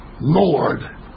Lord